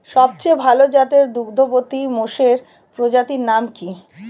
সবচেয়ে ভাল জাতের দুগ্ধবতী মোষের প্রজাতির নাম কি?